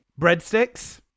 Breadsticks